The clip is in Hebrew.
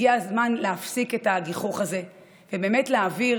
הגיע הזמן להפסיק את הגיחוך הזה ובאמת להעביר